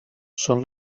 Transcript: són